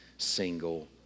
single